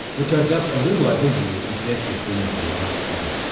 which are just a little over a year into their fifteen year lifespan.